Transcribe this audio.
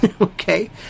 Okay